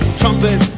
trumpet